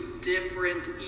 different